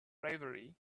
bravery